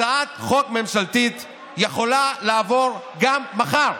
הצעת חוק ממשלתית יכולה לעבור גם מחר,